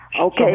Okay